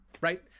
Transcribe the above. right